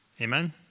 Amen